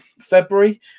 February